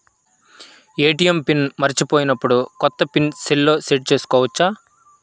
ATM pin మరచిపోయినప్పుడు, కొత్త pin సెల్లో సెట్ చేసుకోవచ్చా?